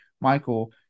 michael